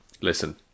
listen